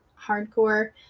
hardcore